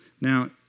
Now